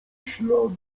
śladu